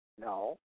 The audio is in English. No